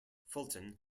fulton